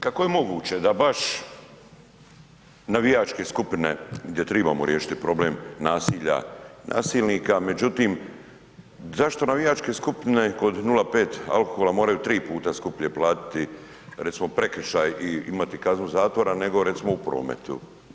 Kako je moguće da baš navijačke skupine gdje trebamo riješiti problem nasilja, nasilnika međutim zašto navijačke skupine kod 0,5 alkohola moraju tri puta skuplje platiti recimo prekršaj i imati kaznu zatvora nego recimo u prometu?